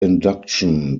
induction